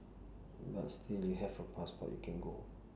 but still you have a passport you can go